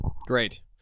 Great